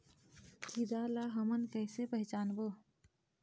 कीरा ला हमन कइसे पहचानबो?